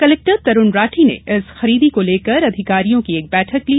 collector Tarun Rathi ने इस खरीदी को लेकर अधिकारियों की एक बैठक ली